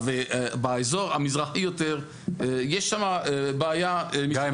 באזור המזרחי יותר יש שם בעיה מסיבות --- גיא,